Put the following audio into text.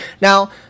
Now